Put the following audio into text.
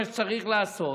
מה צריך לעשות?